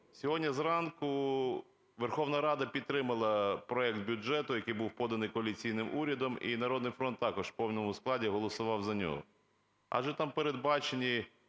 сьогодні зранку Верховна Рада підтримала проект бюджету, який був поданий коаліційним урядом, і "Народний фронт" також у повному складі голосував за нього, адже там передбачені